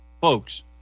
Folks